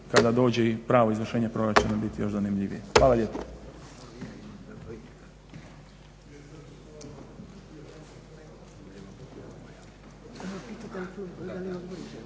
kada dođe i pravo izvršenje proračuna biti još zanimljivije. Hvala lijepo.